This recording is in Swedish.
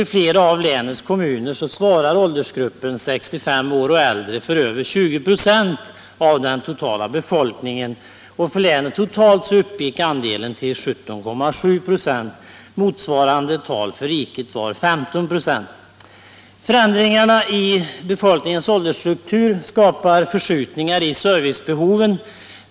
I flera av länets kommuner svarar åldersgruppen 65 år och äldre för över 20 96 av den totala befolkningen och för länet totalt uppgick andelen till 17,7 96. Motsvarande tal för riket var 15 96. Förändringarna i befolkningens åldersstruktur skapar förskjutningar i servicebehoven.